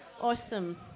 Awesome